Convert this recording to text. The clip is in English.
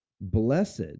Blessed